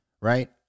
right